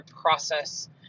process